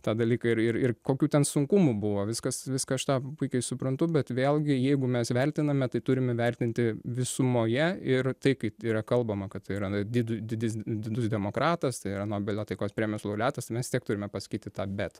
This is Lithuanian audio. tą dalyką ir ir ir kokių ten sunkumų buvo viską viską aš tą puikiai suprantu bet vėlgi jeigu mes vertiname tai turime vertinti visumoje ir tai kad yra kalbama kad tai yra didu didis didus demokratas tai yra nobelio taikos premijos laureatas tai mes vis tiek turime pasakyti tą bet